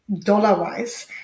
dollar-wise